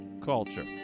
culture